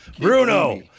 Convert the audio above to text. Bruno